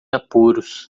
apuros